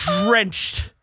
drenched